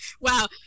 wow